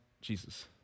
Jesus